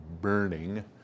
burning